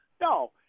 no